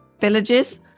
villages